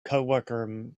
coworker